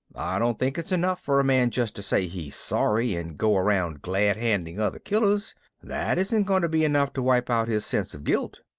i don't think it's enough for a man just to say he's sorry and go around glad-handing other killers that isn't going to be enough to wipe out his sense of guilt.